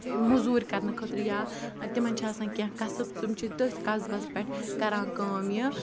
مٔزوٗرۍ کَرنہٕ خٲطرٕ یا تِمَن چھِ آسان کینٛہہ کَسٕب تِم چھِ تٔتھۍ کَسبَس پٮ۪ٹھ کَران کٲم یہِ